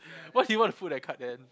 what did you want to put that card then